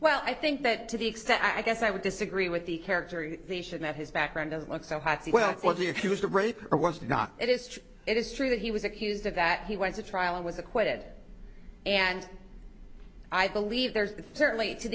well i think that to the extent i guess i would disagree with the characterization that his background doesn't look so hot so well for the accused of rape or was not it is true it is true that he was accused of that he went to trial and was acquitted and i believe there's certainly to